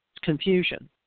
Confusion